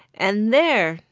and there,